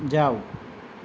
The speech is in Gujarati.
જાવ